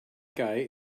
guy